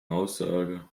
aussage